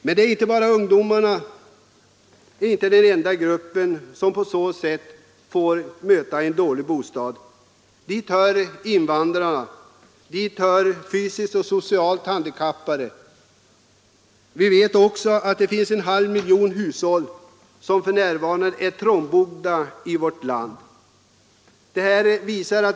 Men ungdomarna är inte den enda grupp som har dåliga bostäder; dit hör invandrare, gamla samt fysiskt och socialt handikappade. Vi vet också att det i vårt land finns en halv miljon hushåll som för närvarande är trångbodda.